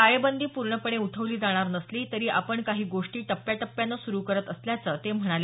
टाळेबंदी पूर्णपणे उठवली जाणार नसली तरी आपण काही गोष्टी टप्याटप्यानं सुरू करत असल्याचं ते म्हणाले